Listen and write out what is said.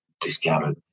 discounted